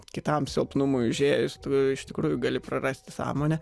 kitam silpnumui užėjus tu iš tikrųjų gali prarasti sąmonę